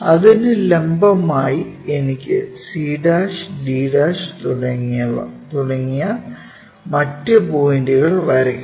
അതിനു ലംബമായി എനിക്ക് c'd' തുടങ്ങിയ മറ്റ് പോയിന്റുകൾ വരയ്ക്കണം